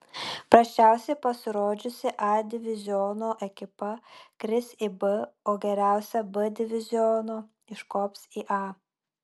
prasčiausiai pasirodžiusi a diviziono ekipa kris į b o geriausia b diviziono iškops į a